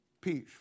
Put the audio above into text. peace